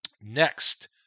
Next